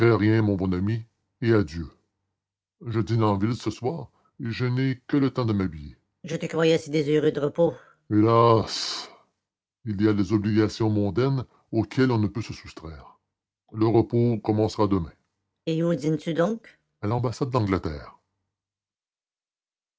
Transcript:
rien mon bon ami et adieu je dîne en ville ce soir et je n'ai que le temps de m'habiller je vous croyais si désireux de repos hélas il y a des obligations mondaines auxquelles on ne peut se soustraire le repos commencera demain et où dînez vous donc à l'ambassade d'angleterre